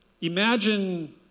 Imagine